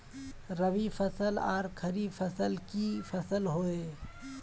रवि फसल आर खरीफ फसल की फसल होय?